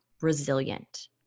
resilient